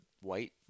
white